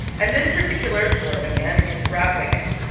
and this particular florida man is rob wiggen.